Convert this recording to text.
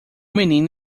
menino